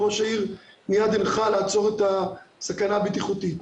והוא מייד הנחה לעצור את הסכנה הבטיחותית.